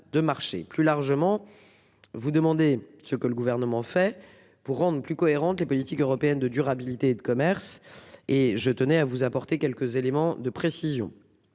plus largement. Vous demander ce que le gouvernement fait pour rendre plus cohérentes les politiques européennes de durabilité et de commerce et je tenais à vous apporter quelques éléments de précision.